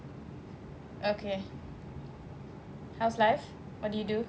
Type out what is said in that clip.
okay how's life what did you do